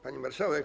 Pani Marszałek!